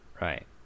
Right